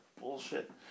bullshit